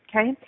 okay